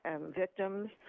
victims